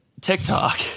tiktok